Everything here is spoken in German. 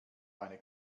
eine